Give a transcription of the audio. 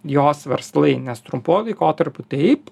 jos verslai nes trumpuoju laikotarpiu taip